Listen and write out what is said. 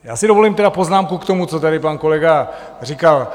Já si tedy dovolím poznámku k tomu, co tady pan kolega říkal.